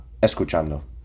escuchando